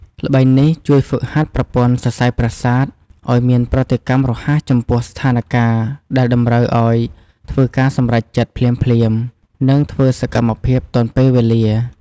ល្បែងនេះជួយហ្វឹកហាត់ប្រព័ន្ធសរសៃប្រសាទឲ្យមានប្រតិកម្មរហ័សចំពោះស្ថានការណ៍ដែលតម្រូវឲ្យធ្វើការសម្រេចចិត្តភ្លាមៗ និងធ្វើសកម្មភាពទាន់ពេលវេលា។